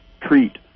treat